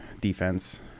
defense